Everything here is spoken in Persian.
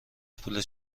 پول